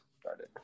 Started